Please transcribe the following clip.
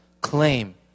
claim